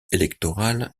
électorale